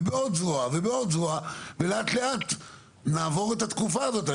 ובעוד זרוע ובעוד זרוע ולאט לאט נעבור את התקופה הזאת.